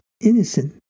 innocent